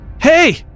Hey